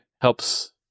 helps